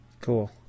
Cool